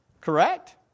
correct